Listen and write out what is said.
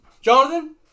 Jonathan